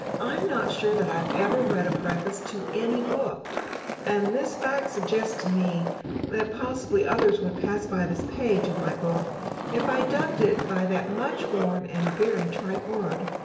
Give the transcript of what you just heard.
i'm not sure that i ever read a preface to any book and this fact suggests to me that possibly others would pass by this page in my book if i dubbed it by that much-worn and very trite word.